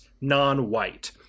non-white